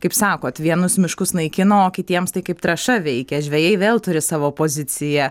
kaip sakot vienus miškus naikina o kitiems tai kaip trąša veikia žvejai vėl turi savo poziciją